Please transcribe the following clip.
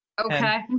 Okay